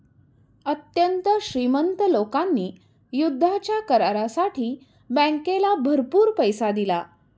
अत्यंत श्रीमंत लोकांनी युद्धाच्या करारासाठी बँकेला भरपूर पैसा दिला